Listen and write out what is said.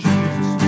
Jesus